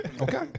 Okay